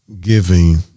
giving